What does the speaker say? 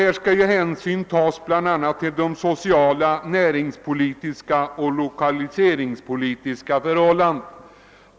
Härvid skall hänsyn tas bl a. till sociala, näringspolitiska och lokaliseringspolitiska förhållanden.